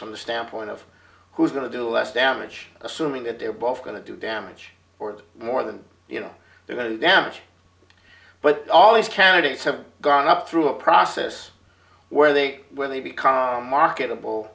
the standpoint of who's going to do less damage assuming that they're both going to do damage or more than you know they're going to damage but all these candidates have gone up through a process where they where they become marketable